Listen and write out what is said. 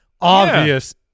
obvious